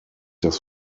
das